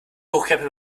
hochkrempeln